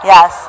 Yes